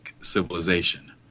civilization